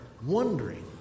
Wondering